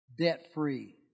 debt-free